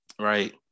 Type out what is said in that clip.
right